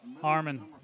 Harmon